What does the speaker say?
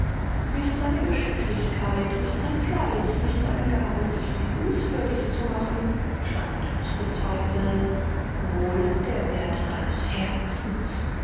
nicht seine geschicklichkeit nicht sein fleiß nicht seine gabe sich liebenswürdig zu machen stand zu bezweifeln wohl der wert seines herzens